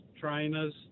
trainers